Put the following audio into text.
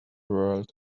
world